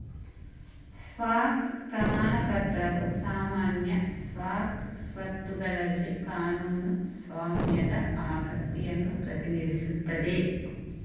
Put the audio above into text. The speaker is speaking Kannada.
ಸ್ಟಾಕ್ ಪ್ರಮಾಣ ಪತ್ರವು ಸಾಮಾನ್ಯ ಸ್ಟಾಕ್ ಸ್ವತ್ತುಗಳಲ್ಲಿ ಕಾನೂನು ಸ್ವಾಮ್ಯದ ಆಸಕ್ತಿಯನ್ನು ಪ್ರತಿನಿಧಿಸುತ್ತದೆ